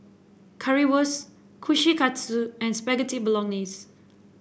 Currywurst Kushikatsu and Spaghetti Bolognese